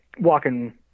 walking